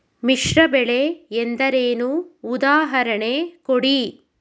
ಮಿಶ್ರ ಬೆಳೆ ಎಂದರೇನು, ಉದಾಹರಣೆ ಕೊಡಿ?